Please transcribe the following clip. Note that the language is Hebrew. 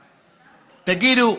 תגידו,